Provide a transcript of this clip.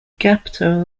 capital